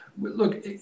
Look